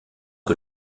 que